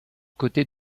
côtés